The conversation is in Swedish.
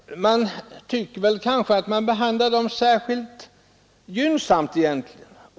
Man tycker kanske att de behandlas särskilt gynnsamt.